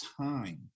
time